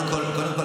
קודם כול,